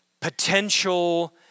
potential